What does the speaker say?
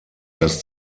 das